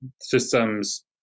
systems